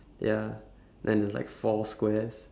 ya then there's like four squares